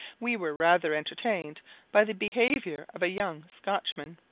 we were rather entertained by the behaviour of a young scotchman,